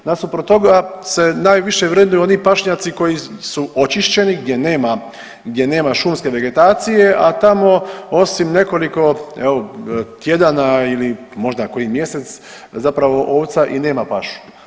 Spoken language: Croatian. Nasuprot toga se najviše vrednuju oni pašnjaci koji su očišćeni gdje nema, gdje nema šumske vegetacije, a tamo osim nekoliko evo tjedana ili možda koji mjesec zapravo ovca i nema pašu.